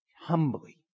humbly